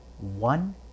One